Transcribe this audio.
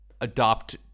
adopt